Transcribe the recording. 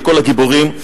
לכל הגיבורים,